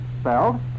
Spelled